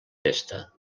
testa